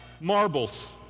marbles